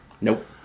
Nope